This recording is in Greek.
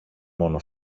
μόνο